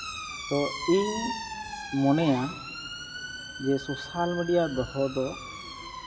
ᱛᱳ ᱤᱧ ᱢᱚᱱᱮᱭᱟ ᱡᱮ ᱥᱳᱥᱟᱞ ᱢᱤᱰᱤᱭᱟ ᱫᱚᱦᱚ ᱫᱚ